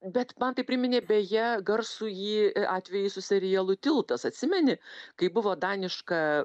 bet man tai priminė beje garsųjį atvejį su serialu tiltas atsimeni kai buvo daniška